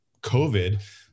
COVID